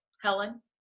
Helen